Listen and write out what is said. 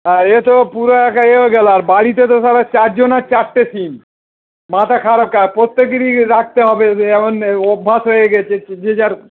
হ্যাঁ এতো পুরো একা এ হয়ে গেলো আর বাড়িতে তো শালা চারজনার চারটে সিম মাথা খারাপ কা প্রত্যেক দিনই রাখতে হবে এমন অভ্যাস হয়ে গেছে যে যার